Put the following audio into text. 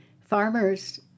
farmers